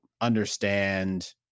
understand